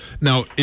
Now